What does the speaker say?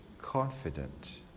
confident